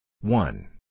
One